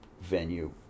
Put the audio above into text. venue